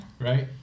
Right